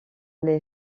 les